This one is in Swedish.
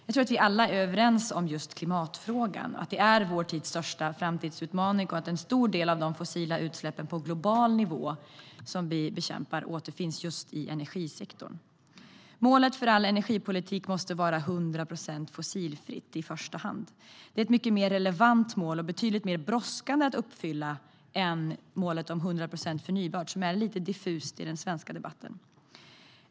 Jag tror att vi alla är överens om att just klimatfrågan är vår tids största framtidsutmaning och att en stor del av de fossila utsläppen på global nivå som vi bekämpar återfinns i just energisektorn. Målet för all energipolitik måste i första hand vara 100 procent fossilfritt. Det är ett mycket mer relevant mål som är betydligt mer brådskande att uppfylla än målet om 100 procent förnybart, som är lite diffust i den svenska debatten.